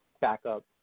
backup